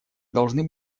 должны